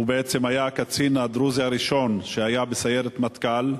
הוא בעצם היה הקצין הדרוזי הראשון שהיה בסיירת מטכ"ל.